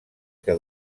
que